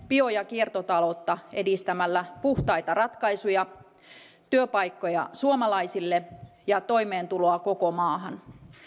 bio ja kiertotaloutta edistämällä luomme samalla puhtaita ratkaisuja työpaikkoja suomalaisille ja toimeentuloa koko maahan